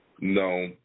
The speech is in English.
No